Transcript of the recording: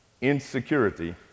Insecurity